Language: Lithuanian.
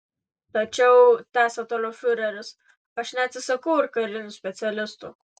tačiau tęsė toliau fiureris aš neatsisakau ir karinių specialistų